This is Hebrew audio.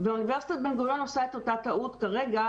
ואוניברסיטת בן גוריון עושה את אותה טעות כרגע,